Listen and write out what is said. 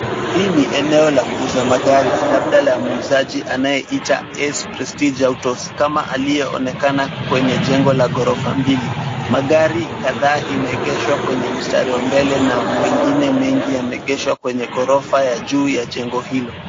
Hii ni eneo la kuuza magari labda la muuzaji anayeita x prestige autos aliyeonekana kwenye jengo la ghorofa mbili. Magara kadha imeegeshwa kwenye mstari wa mbele na mwingine mengi yameketishwa kwenye ghorofa ya juu ya jengo hilo.